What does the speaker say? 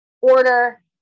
order